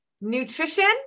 Nutrition